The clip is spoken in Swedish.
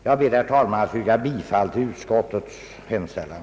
Jag ber, herr talman, att få yrka bifall till utskottets hemställan.